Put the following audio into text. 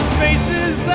faces